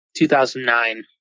2009